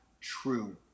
true